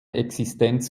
existenz